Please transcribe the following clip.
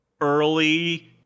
early